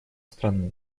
страны